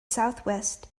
southwest